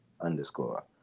underscore